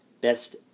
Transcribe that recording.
Best